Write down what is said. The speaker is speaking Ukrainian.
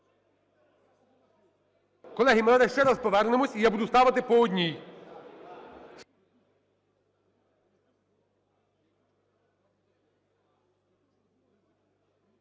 Колеги, ми ще раз повернемося і я буду ставити по одній.